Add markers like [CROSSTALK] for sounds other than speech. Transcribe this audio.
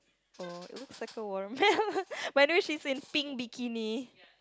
oh it looks like a watermelon [LAUGHS] but anyway she's in pink bikini